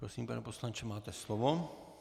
Prosím, pane poslanče, máte slovo.